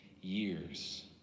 years